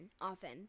often